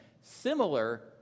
similar